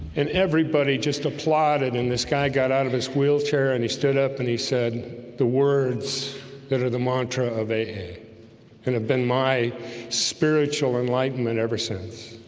and everybody just applauded and this guy got out of his wheelchair and he stood up and he said the words that are the mantra of a and have been my spiritual enlightenment ever since